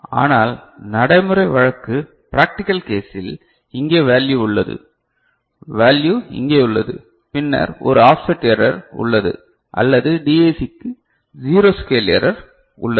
ஆனால் நடைமுறை வழக்கு பிரக்டிகல் கேசில் இங்கே வேல்யு உள்ளது வேல்யு இங்கே உள்ளது பின்னர் ஒரு ஆஃப்செட் எரர் உள்ளது அல்லது DAC க்கு ஜீரோ ஸ்கேல் எரர் உள்ளது